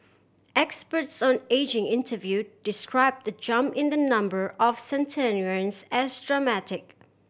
experts on ageing interview describe the jump in the number of centenarians as dramatic